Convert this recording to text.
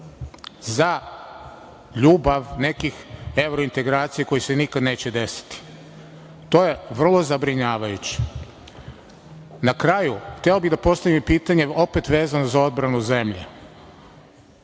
za ljubav nekih evrointegracija koje se nikad neće desiti? To je vrlo zabrinjavajuće. Na kraju, hteo bih da postavim pitanje opet vezano za odbranu zemlje.